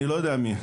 אני לא יודע מי,